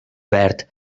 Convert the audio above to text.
verd